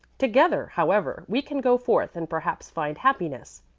together, however, we can go forth, and perhaps find happiness.